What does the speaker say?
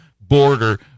border